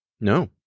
No